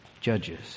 Judges